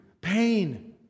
pain